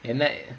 என்ன:enna